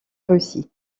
russie